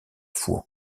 fouan